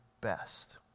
best